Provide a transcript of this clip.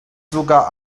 sogar